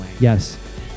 yes